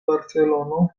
barcelono